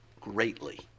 greatly